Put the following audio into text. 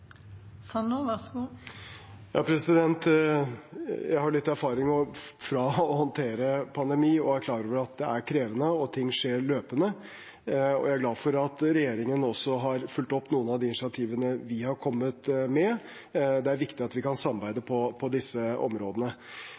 Jeg har litt erfaring med å håndtere pandemi og er klar over at det er krevende, og at ting skjer løpende, og jeg er glad for at regjeringen også har fulgt opp noen av de initiativene vi har kommet med. Det er viktig at vi kan samarbeide på disse områdene.